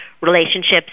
relationships